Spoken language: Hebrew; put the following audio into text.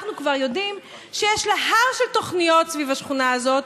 אנחנו כבר יודעים שיש לה הר של תוכניות סביב השכונה הזאת,